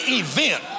event